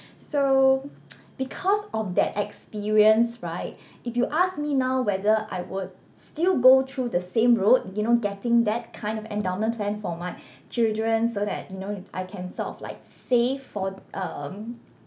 so because of that experience right if you ask me now whether I would still go through the same road you know getting that kind of endowment plan for my children so that you know I can sort of like save for um